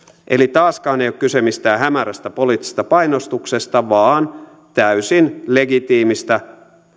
eli taaskaan ei ole kyse mistään hämärästä poliittisesta painostuksesta vaan täysin legitiimistä